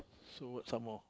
so what some more